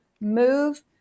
move